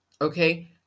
Okay